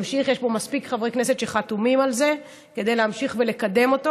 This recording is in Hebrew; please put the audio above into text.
יש פה מספיק חברי כנסת שחתומים על זה כדי להמשיך ולקדם אותו.